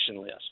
list